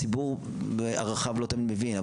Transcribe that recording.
הציבור הרחב לא תמיד מבין,